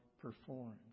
performed